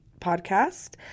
podcast